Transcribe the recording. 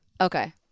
Okay